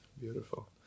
beautiful